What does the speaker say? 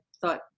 thought